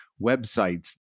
websites